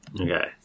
Okay